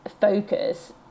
focus